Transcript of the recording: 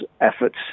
efforts